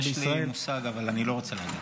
יש לי מושג, אבל אני לא רוצה להגיד.